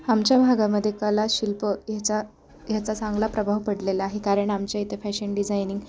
आमच्या भागामध्ये कला शिल्प ह्याचा ह्याचा चांगला प्रभाव पडलेला आहे कारण आमच्या इथं फॅशन डिझायनिंग